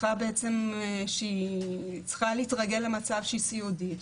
שהיא צריכה להתרגל למצב שהיא סיעודית,